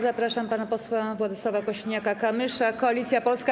Zapraszam pana posła Władysława Kosiniaka-Kamysza, Koalicja Polska.